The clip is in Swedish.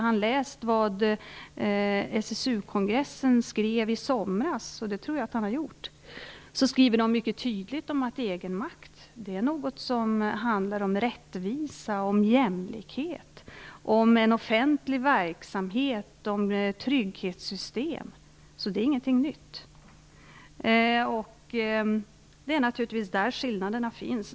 SSU-kongressen i somras skrev, och det tror jag att Gunnar Hökmark har läst, mycket tydligt att egenmakt handlar om rättvisa, om jämlikhet, om en offentlig verksamhet och om trygghetssystem. Detta är alltså inget nytt. Det är naturligtvis där som skillnaderna finns.